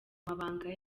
mabanga